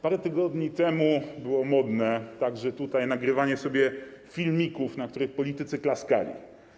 Parę tygodni temu modne było, także tutaj, nagrywanie sobie filmików, na których politycy klaskali.